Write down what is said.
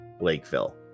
Lakeville